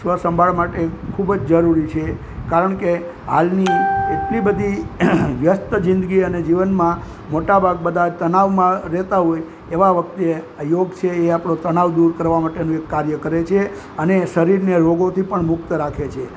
સ્વસંભાળ માટે ખૂબ જ જરૂરી છે કારણકે હાલની એટલી બધી વ્યસ્ત જિંદગી અને જીવનમાં મોટાભાગ બધા તણાવમાં રહેતા હોય એવા વખતે આ યોગ છે એ આપણો તણાવ દૂર કરવા માટેનું એક કાર્ય કરે છે અને શરીરને રોગોથી પણ મુક્ત રાખે છે